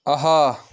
آہ